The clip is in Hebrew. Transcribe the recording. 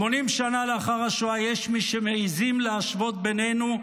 80 שנה לאחר השואה יש מי שמעיזים להשוות בינינו,